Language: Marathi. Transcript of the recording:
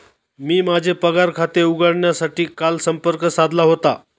मी माझे पगार खाते उघडण्यासाठी काल संपर्क साधला होता